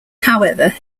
however